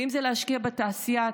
ואם זה להשקיע בתעשייה.